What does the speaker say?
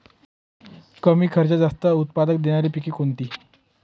कमी खर्चात जास्त उत्पाद देणारी पिके कोणती?